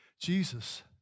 Jesus